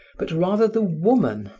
but rather the woman,